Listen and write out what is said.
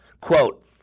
Quote